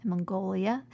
Mongolia